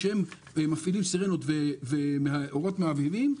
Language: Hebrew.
כשהם מפעילים סירנות ואורות מהבהבים,